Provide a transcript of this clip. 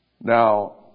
Now